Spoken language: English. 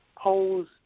pose